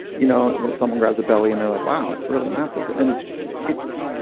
you know someone grabs a belly and they're like, wow, it's really massive. and it's,